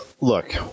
Look